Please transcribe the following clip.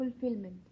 fulfillment